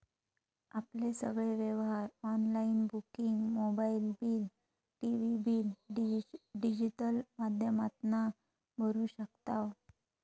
आपले सगळे व्यवहार online booking mobile bill, TV bill digital माध्यमातना भरू शकताव